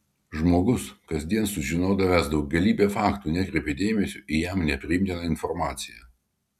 žmogus kasdien sužinodavęs galybę faktų nekreipė dėmesio į jam nepriimtiną informaciją